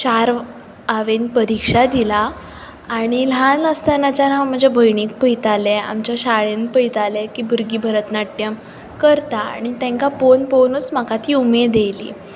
चार हांवें परिक्षा दिला आनी ल्हान आसतनाच्यान हांव म्हज्या भयणीक पयतालें आमच्या शाळेन पयतालें की भुरगीं भरतनाट्यम् करता आनी तांका पळोवन पळोवनूच म्हाका ती उमेद येयली